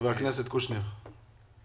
רצית להגיד משהו?